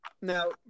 Now